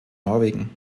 norwegen